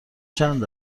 چند